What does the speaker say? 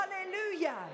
Hallelujah